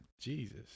Jesus